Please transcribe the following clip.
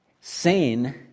sane